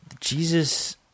Jesus